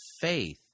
faith